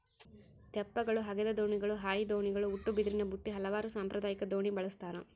ತೆಪ್ಪಗಳು ಹಗೆದ ದೋಣಿಗಳು ಹಾಯಿ ದೋಣಿಗಳು ಉಟ್ಟುಬಿದಿರಿನಬುಟ್ಟಿ ಹಲವಾರು ಸಾಂಪ್ರದಾಯಿಕ ದೋಣಿ ಬಳಸ್ತಾರ